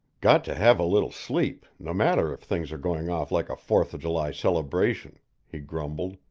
got to have a little sleep no matter if things are going off like a fourth of july celebration he grumbled,